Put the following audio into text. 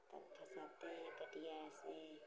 तब फँसाते हैं कटिया ऐसे